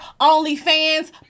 OnlyFans